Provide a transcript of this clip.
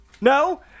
No